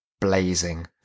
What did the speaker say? blazing